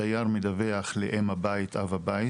הדייר מדווח לאם הבית-אב הבית